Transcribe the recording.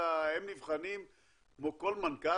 הם נבחנים כמו כל מנכ"ל,